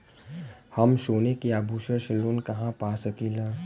हम सोने के आभूषण से लोन कहा पा सकीला?